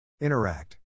Interact